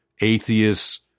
atheists